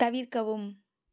தவிர்க்கவும்